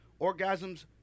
orgasms